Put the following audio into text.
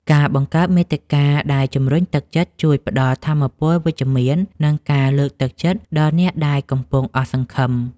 ការបង្កើតមាតិកាដែលជម្រុញទឹកចិត្ត ជួយផ្តល់ថាមពលវិជ្ជមាន និងការលើកទឹកចិត្តដល់អ្នកដែលកំពុងអស់សង្ឃឹម។